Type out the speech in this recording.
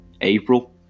April